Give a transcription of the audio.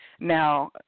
Now